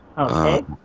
Okay